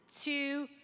two